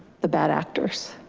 the bad actors.